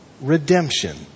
redemption